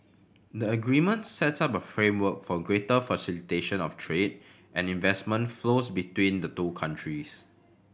the agreement sets up a framework for greater facilitation of trade and investment flows between the two countries